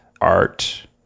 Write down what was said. art